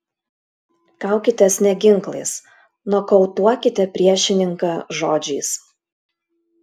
kaukitės ne ginklais nokautuokite priešininką žodžiais